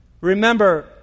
Remember